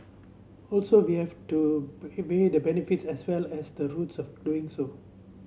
also we have to weigh the benefits as well as the roots of doing so